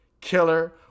killer